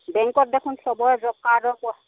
বেংকত দেখোন সবৰে জব কাৰ্ডৰ পইচা